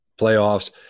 playoffs